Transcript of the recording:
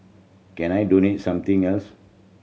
can I donate something else